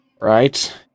Right